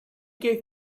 gave